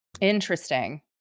Interesting